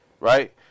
right